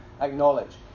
acknowledge